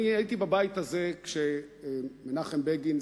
הייתי בבית הזה כשמנחם בגין,